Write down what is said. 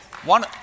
One